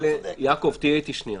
יעקב, תהיה איתי שנייה.